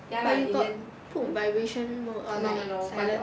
but you got put vibration mode or like silent